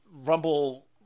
Rumble